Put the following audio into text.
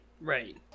right